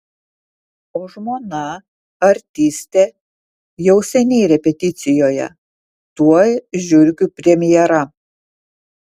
o žmona artistė jau seniai repeticijoje tuoj žiurkių premjera